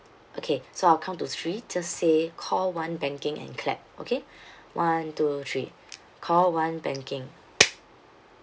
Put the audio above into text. okay so I'll count to three just say call one banking and clap okay one two three call one banking